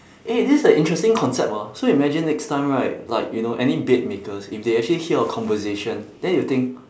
eh this is a interesting concept ah so you imagine next time right like you know any bed makers if they actually hear our conversation then you will think